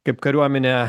kaip kariuomenė